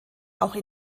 auch